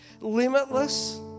Limitless